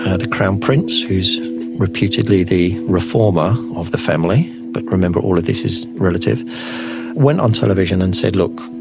ah the crown prince, who's reputedly the reformer of the family but remember all of this is relative went on television and said, look,